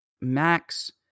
max